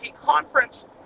conference